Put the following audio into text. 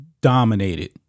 dominated